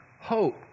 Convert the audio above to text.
Hope